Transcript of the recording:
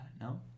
No